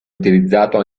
utilizzato